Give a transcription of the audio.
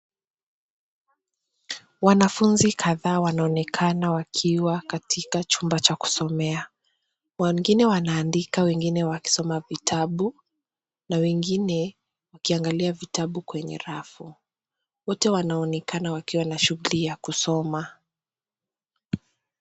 Wanafunzi kadhaa wanaonekana wakiwa katika chumba cha kusomea. Wengine wanaandika, wengine wakisoma vitabu, na wengine wakiangalia vitabu kwenye rafu. Wote wanaonekana wakiwa na shuguli ya kusoma.